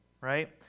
Right